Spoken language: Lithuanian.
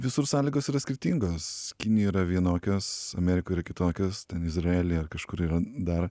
visur sąlygos yra skirtingos kinijo yra vienokios amerikoj kitokios ten izraelyje ar kažkur yra dar